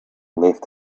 left